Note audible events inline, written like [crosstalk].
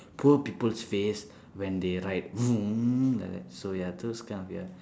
poor people's face when they ride [noise] like that so ya those kind of ya